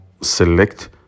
Select